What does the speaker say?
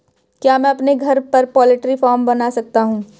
क्या मैं अपने घर पर पोल्ट्री फार्म बना सकता हूँ?